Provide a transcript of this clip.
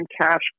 Cash